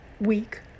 week